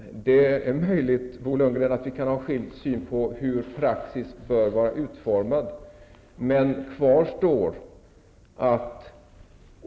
Fru talman! Det är möjligt, Bo Lundgren, att vi kan ha olika syn på hur praxis bör vara utformad.